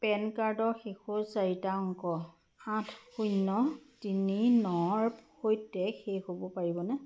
PAN কাৰ্ডৰ শেষৰ চাৰিটা অংক আঠ শূন্য তিনি নৰ সৈতে শেষ হ'ব পাৰিবনে